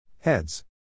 Heads